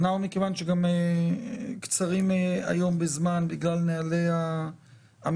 אמרנו שמכיוון שאנחנו קצרים היום בזמן בגלל נהלי המשכן,